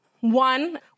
one